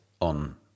on